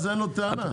אז אין לו טענה.